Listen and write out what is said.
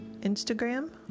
Instagram